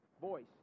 Voice